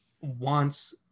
wants